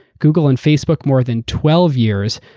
google and facebook more than twelve years,